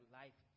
life